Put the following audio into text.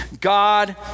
God